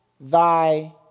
thy